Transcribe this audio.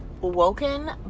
woken